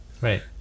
Right